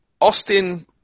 Austin